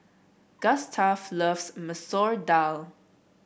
Gustaf loves Masoor Dal